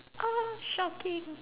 uh shocking